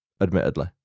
admittedly